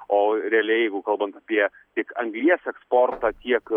o realiai jeigu kalbant apie tiek anglies eksportą tiek